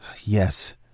Yes